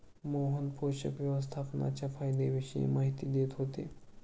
मोहन पोषक व्यवस्थापनाच्या फायद्यांविषयी माहिती देत होते